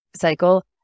cycle